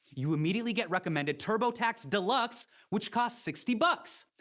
you immediately get recommended turbotax deluxe which costs sixty but